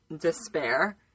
despair